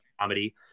comedy